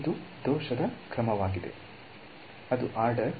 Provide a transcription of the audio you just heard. ಇದು ದೋಷದ ಕ್ರಮವಾಗಿದೆ ಅದು ಆರ್ಡರ್